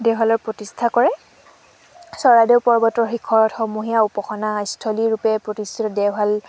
দেওশালৰ প্ৰতিষ্ঠা কৰে চৰাইদেউ পৰ্বতৰ শিখৰত সমূহীয়া উপাসনাস্থলীৰূপে প্ৰতিষ্ঠিত দেওশাল